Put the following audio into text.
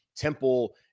Temple